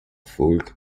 folk